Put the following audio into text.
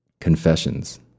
confessions